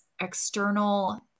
external